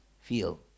feel